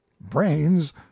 brains